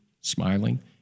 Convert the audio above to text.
smiling